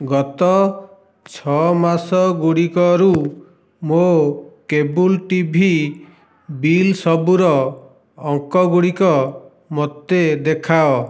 ଗତ ଛଅ ମାସ ଗୁଡ଼ିକରୁ ମୋ କେବୁଲ୍ ଟି ଭି ବିଲ୍ ସବୁର ଅଙ୍କ ଗୁଡ଼ିକ ମୋତେ ଦେଖାଅ